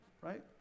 right